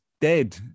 dead